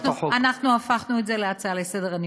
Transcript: אנחנו הפכנו את זה להצעה לסדר-היום,